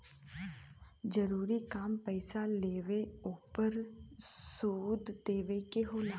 जरूरी काम पईसा लेके ओपर सूद देवे के होला